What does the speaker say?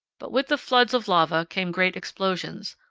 but with the floods of lava came great explosions,